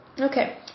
Okay